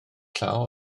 llaw